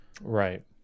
Right